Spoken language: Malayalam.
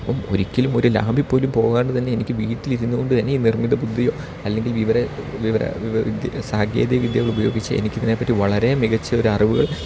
അപ്പം ഒരിക്കലും ഒരു ലാഭി പോലും പോകാണ്ട് തന്നെ എനിക്ക് വീട്ടിലിരുന്ന് കൊണ്ട് തന്നെ ഈ നിർമ്മിത ബുദ്ധിയോ അല്ലെങ്കിൽ വിവര വിവര വിദ്യ സാങ്കേതിക വിദ്യകൾ ഉപയോഗിച്ച് എനിക്ക് ഇതിനെപ്പറ്റി വളരെ മികച്ചൊരു അറിവുകൾ